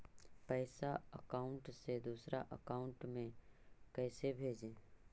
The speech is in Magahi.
पैसा अकाउंट से दूसरा अकाउंट में कैसे भेजे?